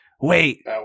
Wait